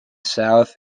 south